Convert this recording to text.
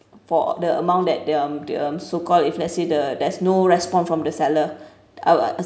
for the amount that the um so called if let's say the there's no response from the seller I will